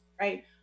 right